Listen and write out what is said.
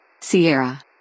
Sierra